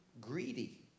greedy